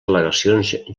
al·legacions